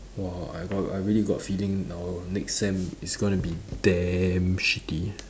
!wah! I got I really got a feeling now next sem is going to be damn shitty